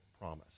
promise